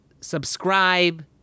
subscribe